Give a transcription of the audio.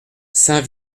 saint